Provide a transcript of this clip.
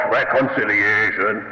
reconciliation